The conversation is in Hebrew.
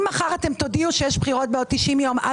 אם מחר תודיעו שבעוד תשעים יום יש בחירות,